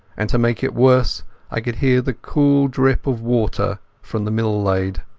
and to make it worse i could hear the cool drip of water from the mill-lade.